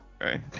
right